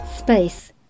Space